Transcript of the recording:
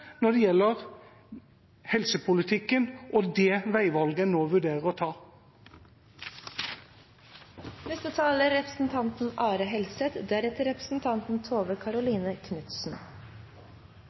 når det gjelder helsepolitikken og det veivalget en nå vurderer å